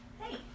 Hey